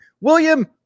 William